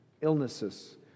illnesses